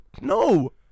No